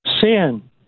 Sin